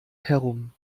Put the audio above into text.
herum